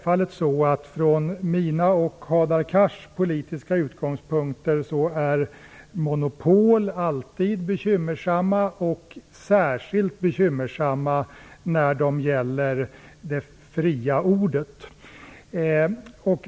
Från mina och Hadar Cars politiska utgångspunkter är monopol självfallet alltid bekymmersamma och särskilt bekymmersamma när de gäller det fria ordet.